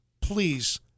Please